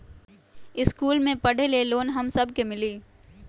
इश्कुल मे पढे ले लोन हम सब के मिली?